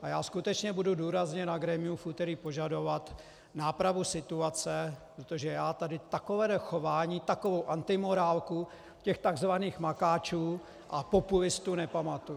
A já skutečně budu důrazně na grémiu v úterý požadovat nápravu situace, protože já tady takové chování, takovou antimorálku těch tzv. makačů a populistů nepamatuji.